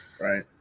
right